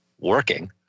working